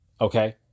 Okay